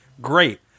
great